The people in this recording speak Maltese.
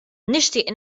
nixtieq